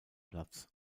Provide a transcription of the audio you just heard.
platz